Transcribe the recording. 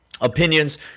opinions